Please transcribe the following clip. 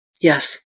Yes